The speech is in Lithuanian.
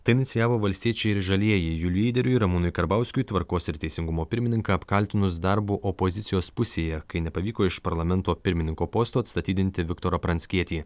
tai inicijavo valstiečiai ir žalieji jų lyderiui ramūnui karbauskiui tvarkos ir teisingumo pirmininką apkaltinus darbu opozicijos pusėje kai nepavyko iš parlamento pirmininko posto atstatydinti viktorą pranckietį